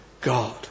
God